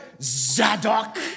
Zadok